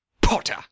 Potter